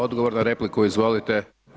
Odgovor na repliku, izvolite.